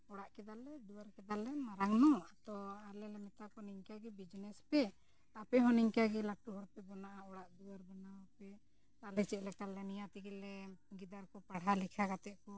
ᱚᱲᱟᱜ ᱠᱮᱫᱟᱞᱮ ᱫᱩᱣᱟᱹᱨ ᱠᱮᱫᱟᱞᱮ ᱢᱟᱨᱟᱝ ᱧᱚᱜ ᱛᱚ ᱟᱞᱮᱞᱮ ᱢᱮᱛᱟ ᱠᱚᱣᱟ ᱱᱤᱝᱠᱟᱹᱜᱮ ᱵᱤᱡᱽᱱᱮᱥ ᱯᱮ ᱟᱯᱮᱦᱚᱸ ᱱᱤᱝᱠᱟᱹᱜᱮ ᱞᱟᱹᱴᱩ ᱦᱚᱲᱯᱮ ᱵᱮᱱᱟᱜᱼᱟ ᱚᱲᱟᱜ ᱫᱩᱣᱟᱹᱨ ᱵᱮᱱᱟᱣ ᱯᱮ ᱟᱞᱮ ᱪᱮᱫ ᱞᱮᱠᱟᱞᱮ ᱱᱤᱭᱟᱹ ᱛᱮᱜᱮᱞᱮ ᱜᱤᱫᱟᱹᱨ ᱠᱚ ᱯᱟᱲᱦᱟᱣ ᱞᱮᱠᱷᱟ ᱠᱟᱛᱮ ᱠᱚ